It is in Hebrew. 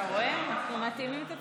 אתה רואה, אנחנו מתאימים את עצמנו.